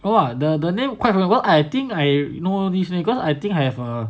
!wah! the the name quite familiar what I think I know this because I think I have a